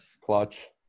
Clutch